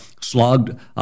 slogged